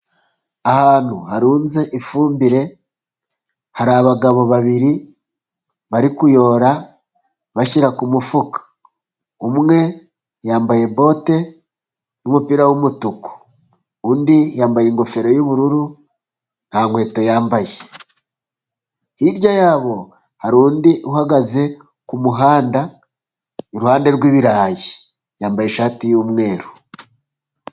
Ahantu harunze ifumbire ,hari abagabo babiri bari kuyora bashyira ku mufuka ,umwe yambaye bote, umupira w'umutuku ,undi yambaye ingofero y'ubururu nta nkweto yambaye ,hirya yabo hari undi uhagaze ku muhanda iruhande rw'ibirayi ,yambaye ishati y'umweru.